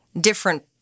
different